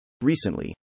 Recently